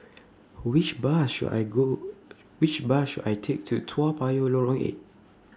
Which Bus should I Go Which Bus should I Take to Toa Payoh Lorong eight